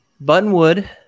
Buttonwood